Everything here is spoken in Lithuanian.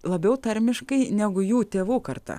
labiau tarmiškai negu jų tėvų karta